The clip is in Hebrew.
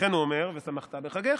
"וכן הוא אומר, 'ושמחת בחגך'.